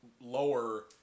lower